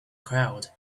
crowd